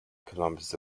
kilometers